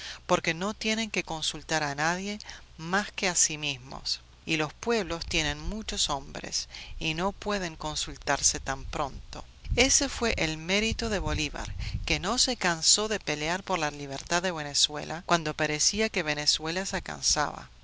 porque no tienen que consultar a nadie más que a sí mismos y los pueblos tienen muchos hombres y no pueden consultarse tan pronto ese fue el mérito de bolívar que no se cansó de pelear por la libertad de venezuela cuando parecía que venezuela se cansaba